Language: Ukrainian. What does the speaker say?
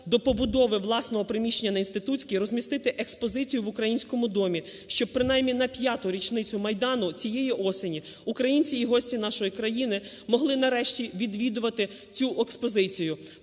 до побудови власного приміщення на Інститутській розмістити експозицію в "Українському домі", щоб принаймні на п'яту річницю Майдану цієї осені українці і гості нашої країни могли нарешті відвідувати цю експозицію.